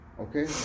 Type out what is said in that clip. okay